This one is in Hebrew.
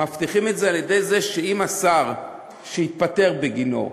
מבטיחים את זה על-ידי זה שאם השר שהתפטר בגינו,